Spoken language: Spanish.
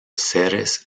seres